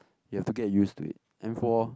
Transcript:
you have to get used to it and for